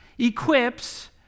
equips